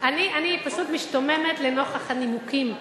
אני פשוט משתוממת לנוכח הנימוקים.